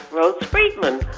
rose friedman.